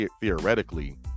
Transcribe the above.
theoretically